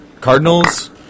Cardinals